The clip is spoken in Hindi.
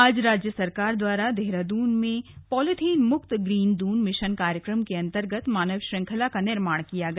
आज राज्य सरकार द्वारा देहरादून में पॉलीथीन मुक्त ग्रीन दून मिशन कार्यक्रम के अन्तर्गत मानव श्रेखंला का निर्माण किया गया